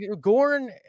gorn